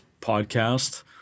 podcast